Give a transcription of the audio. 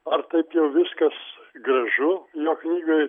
ar taip jau viskas gražu jo knygoj